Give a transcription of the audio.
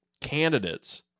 candidates